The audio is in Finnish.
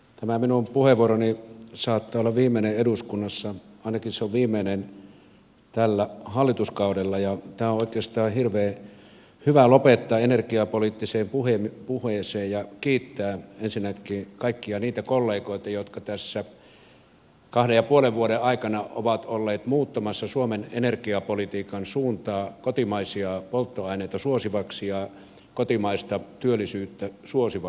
tämä minun puheenvuoroni saattaa olla viimeinen eduskunnassa ainakin se on viimeinen tällä hallituskaudella ja on oikeastaan hirveän hyvä lopettaa energiapoliittiseen puheeseen ja kiittää ensinnäkin kaikkia niitä kollegoita jotka tässä kahden ja puolen vuoden aikana ovat olleet muuttamassa suomen energiapolitiikan suuntaa kotimaisia polttoaineita ja kotimaista työllisyyttä suosivaksi